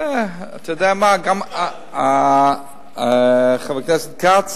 על, אתה יודע מה, חבר הכנסת כץ?